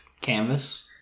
canvas